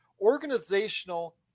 organizational